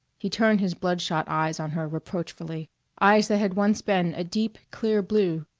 he turned his bloodshot eyes on her reproachfully eyes that had once been a deep, clear blue,